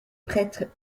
prêtres